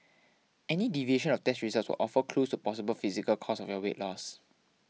any deviation of test results will offer clues to possible physical causes of your weight loss